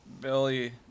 Billy